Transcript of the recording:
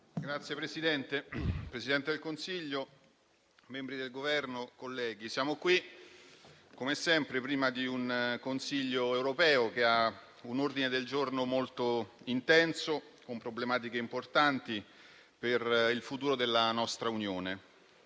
Signor Presidente, signor Presidente del Consiglio, membri del Governo, colleghi, siamo qui, come sempre, prima di un Consiglio europeo che ha un ordine del giorno molto intenso, con problematiche importanti, per il futuro della nostra Unione.